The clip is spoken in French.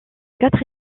quatre